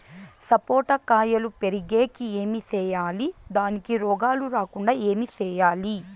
సపోట కాయలు పెరిగేకి ఏమి సేయాలి దానికి రోగాలు రాకుండా ఏమి సేయాలి?